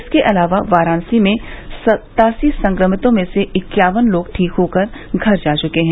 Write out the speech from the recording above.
इसके अलावा वाराणसी में सत्तासी संक्रमितों में से इक्यावन लोग ठीक होकर घर जा चुके हैं